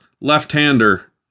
left-hander